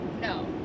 No